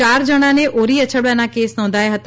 ચાર જણાને ઓરી અછબળાના કેસ નોંધાયા હતા